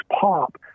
pop